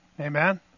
amen